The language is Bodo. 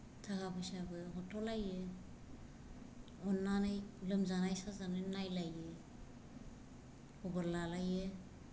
थाखा फैसाबो हरथ'लायो अन्नानै लोमजानाय साजानाय नायलायो खबर लालायो